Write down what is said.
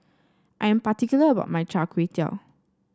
I am particular about my Char Kway Teow